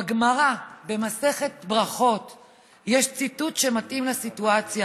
בגמרא במסכת ברכות יש ציטוט שמתאים לסיטואציה